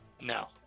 No